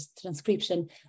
transcription